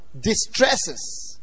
Distresses